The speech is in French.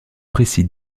précis